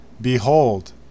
Behold